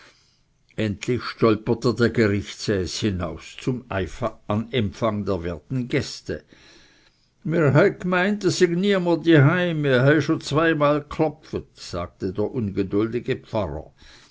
endlich stolperte der gerichtsäß hinaus zum empfang der werten gäste mr hei g'meint es syg niemer daheim mr hei schon zweimal klopfet sagte der ungeduldige pfarrer